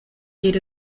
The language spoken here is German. geht